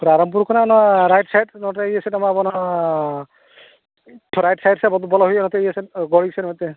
ᱨᱟᱭᱨᱚᱢᱯᱩᱨ ᱠᱷᱚᱱᱟᱜ ᱚᱱᱟ right side ᱱᱚᱰᱮ ᱤᱭᱟᱹ ᱥᱮᱫ ᱚᱱᱟ ᱨᱟᱭᱤᱴ ᱥᱟᱭᱤᱰ ᱥᱮᱫ ᱵᱚᱞᱚ ᱦᱩᱭᱩᱜᱼᱟ ᱱᱚᱛᱮ ᱤᱭᱟᱹ ᱥᱮᱫ ᱱᱚᱛᱮ